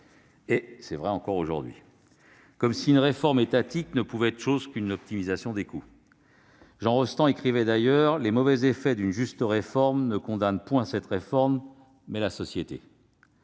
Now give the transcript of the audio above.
c'est toujours vrai aujourd'hui -, comme si une réforme étatique ne pouvait être autre chose qu'une optimisation des coûts. Jean Rostand écrivait d'ailleurs :« Les mauvais effets d'une juste réforme ne condamnent point cette réforme, mais la société.